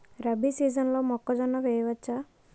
రబీ సీజన్లో మొక్కజొన్న వెయ్యచ్చా?